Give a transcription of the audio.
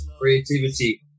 creativity